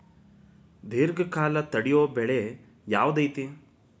ದೇರ್ಘಕಾಲ ತಡಿಯೋ ಬೆಳೆ ಯಾವ್ದು ಐತಿ?